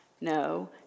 No